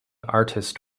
artist